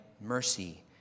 mercy